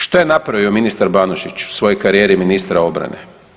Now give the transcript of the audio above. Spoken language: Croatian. Što je napravio ministar Banožić u svojoj karijeri ministra obrane?